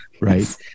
right